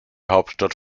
hauptstadt